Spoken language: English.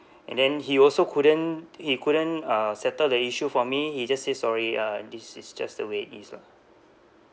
and then he also couldn't he couldn't uh settle the issue for me he just say sorry uh this is just the way it is lah